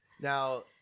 Now